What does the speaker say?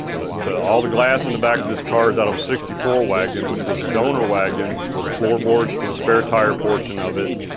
yeah all the glass in the back of this car is out of a sixty four wagon, which was a donor wagon for the floorboards, for the spare tire portion of it,